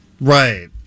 Right